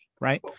right